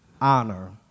Honor